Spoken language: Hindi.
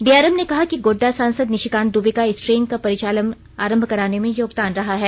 डीआरएम ने कहा कि गोड्डा सांसद निशिकांत दूबे का इस ट्रेन का परिचालन आरंभ कराने में योगदान रहा है